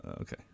okay